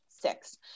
six